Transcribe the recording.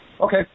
Okay